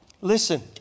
Listen